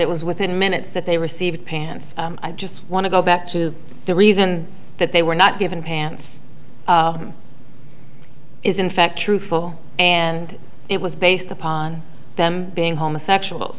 it was within minutes that they received pants i just want to go back to the reason that they were not given pants is in fact truthful and it was based upon them being homosexuals